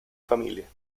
familia